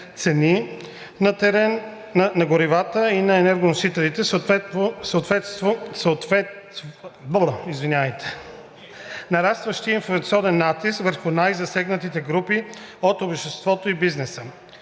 цени на горивата и енергоносителите, съответно нарастващия инфлационен натиск върху най-засегнатите групи от обществото и бизнеса.